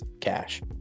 cash